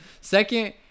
Second